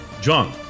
John